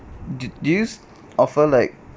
do do you offer like